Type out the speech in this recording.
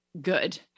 good